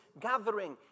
gathering